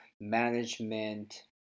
management